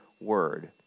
word